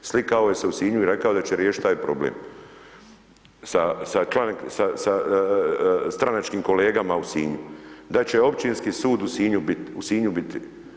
Slikao se je u Sinju i rekao da će riješiti taj problem sa stranačkim kolegama u Sinju, da će općinski sud u Sinju biti.